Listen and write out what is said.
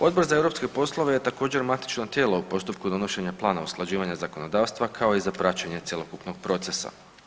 Odbor za europske poslove je također matično tijelo u postupku donošenja plana usklađivanja zakonodavstva kao i za praćenje cjelokupnog procesa.